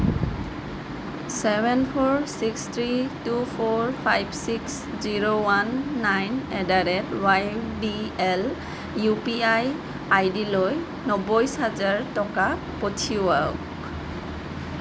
seven four six three two four five six zero one nine at the rate Y D L UPI আইডিলৈ নব্বৈ হাজাৰ টকা পঠিয়াওক